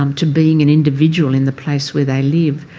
um to being an individual in the place where they live,